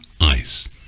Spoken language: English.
Ice